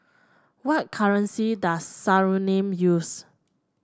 what currency does Suriname use